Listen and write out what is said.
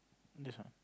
this one